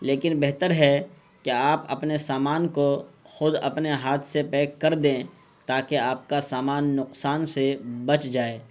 لیکن بہتر ہے کہ آپ اپنے سامان کو خود اپنے ہاتھ سے پیک کر دیں تاکہ آپ کا سامان نقصان سے بچ جائے